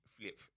flip